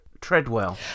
Treadwell